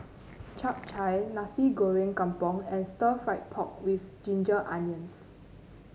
Chap Chai Nasi Goreng Kampung and stir fry pork with Ginger Onions